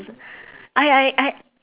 I I I